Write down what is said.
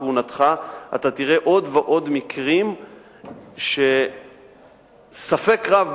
כהונתך אתה תראה עוד ועוד מקרים שספק רב,